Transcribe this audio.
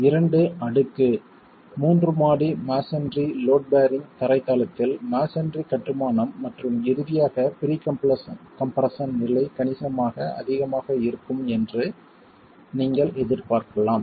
இரண்டு அடுக்கு மூன்று மாடி மஸோன்றி லோட் பேரிங் தரை தளத்தில் மஸோன்றி கட்டுமானம் மற்றும் இறுதியாக ப்ரீ கம்ப்ரெஸ்ஸன் நிலை கணிசமாக அதிகமாக இருக்கும் என்று நீங்கள் எதிர்பார்க்கலாம்